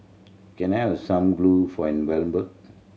can I have some glue for envelope